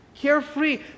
Carefree